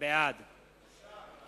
בעד בושה,